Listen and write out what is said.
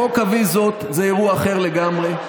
חוק הוויזות זה אירוע אחר לגמרי,